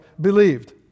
believed